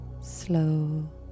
slow